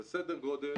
זה סדר גודל